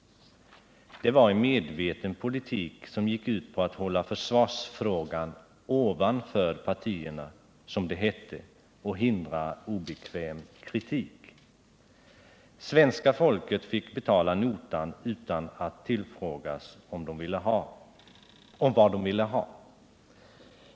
Det var en medveten politik som gick ut på att — som det hette — hålla försvarsfrågan ovanför partierna och att hindra obekväm kritik. Svenska folket fick betala notan utan att tillfrågas om vad man ville ha.